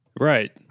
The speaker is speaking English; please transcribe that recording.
Right